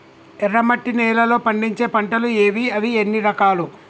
ఎర్రమట్టి నేలలో పండించే పంటలు ఏవి? అవి ఎన్ని రకాలు?